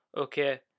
okay